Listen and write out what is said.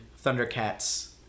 Thundercats